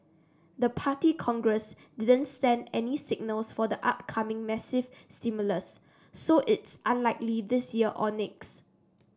the Party Congress didn't send any signals for upcoming massive stimulus so it's unlikely this year or next